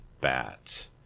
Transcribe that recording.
bat